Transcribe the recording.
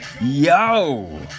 Yo